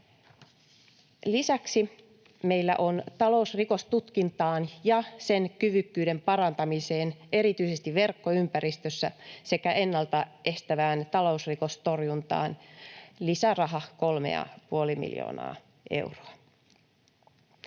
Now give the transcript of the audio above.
Lisäksi meillä on talousrikostutkintaan ja sen kyvykkyyden parantamiseen erityisesti verkkoympäristössä sekä ennalta estävään talousrikostorjuntaan lisärahaa kolme ja puoli